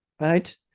right